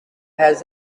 has